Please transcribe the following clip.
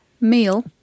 meal